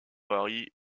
paris